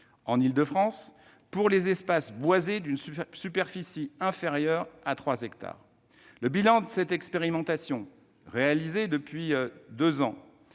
l'Île-de-France pour les espaces boisés d'une superficie inférieure à trois hectares. Le bilan de l'expérimentation réalisée depuis plus